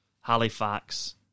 Halifax